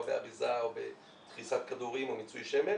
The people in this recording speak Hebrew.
באריזה או בדחיסת כדורים או מיצוי שמן